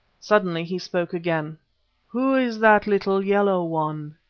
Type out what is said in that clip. suddenly he spoke again who is that little yellow one,